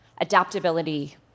adaptability